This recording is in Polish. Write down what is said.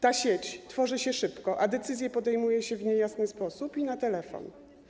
Ta sieć tworzy się szybko, a decyzje podejmuje się w niejasny sposób, na telefon.